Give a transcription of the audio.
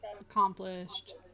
accomplished